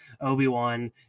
Obi-Wan